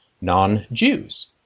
non-Jews